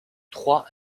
trois